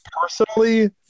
personally –